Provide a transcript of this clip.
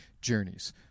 journeys